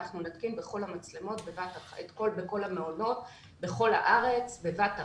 אנחנו נתקין בכל המעונות בכל הארץ בבת אחת.